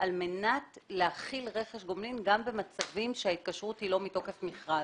על מנת להחיל רכש גומלין גם במצבים שההתקשרות היא לא מתוקף מכרז.